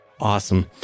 Awesome